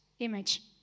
image